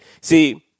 See